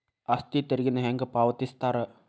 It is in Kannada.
ಆಸ್ತಿ ತೆರಿಗೆನ ಹೆಂಗ ಪಾವತಿಸ್ತಾರಾ